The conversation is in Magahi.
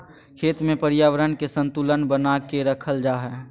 खेत में पर्यावरण के संतुलन बना के रखल जा हइ